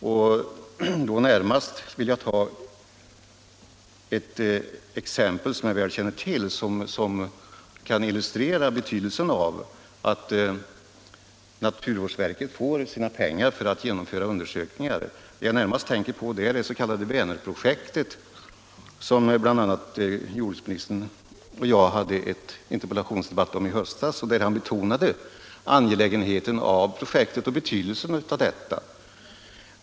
Jag vill närmast ta ett exempel som jag väl känner till och som kan illustrera vikten av att naturvårdsverket får sina pengar för att genomföra undersökningar. Det gäller det s.k. Vänerprojektet, som bl.a. jordbruksministern och jag hade en interpellationsdebatt om i höstas. Jordbruksministern betonade då angelägenheten och betydelsen av projektet.